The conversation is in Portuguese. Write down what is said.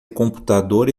computador